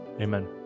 amen